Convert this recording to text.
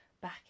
back